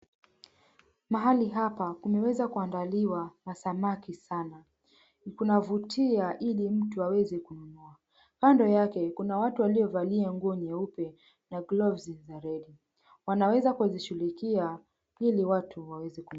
Mahali hapa kumeweza kuandaliwa masamaki sana. Kunavutia ili mtu aweze kununua. Kando yake kuna watu waliovalia nguo nyeupe na gloves za red . Wanaweza kuzishughulikia ili watu waweze kununua.